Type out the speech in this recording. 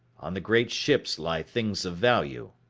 on the great ships lie things of value.